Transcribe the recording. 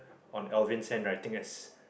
on Alvin handwriting as